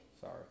Sorry